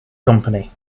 company